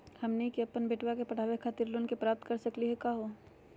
हमनी के अपन बेटवा क पढावे खातिर लोन प्राप्त कर सकली का हो?